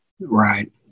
Right